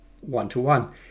one-to-one